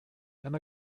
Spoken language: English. and